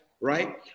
right